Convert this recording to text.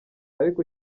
ariko